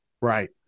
Right